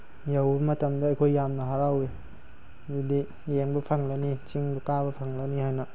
ꯌꯧꯕ ꯃꯇꯝꯗ ꯑꯈꯣꯏ ꯌꯥꯝꯅ ꯍꯔꯥꯎꯋꯤ ꯃꯗꯨꯗꯤ ꯌꯦꯡꯕ ꯐꯪꯂꯅꯤ ꯆꯤꯡ ꯀꯥꯕ ꯐꯪꯂꯅꯤ ꯍꯥꯏꯅ